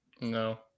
No